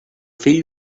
fill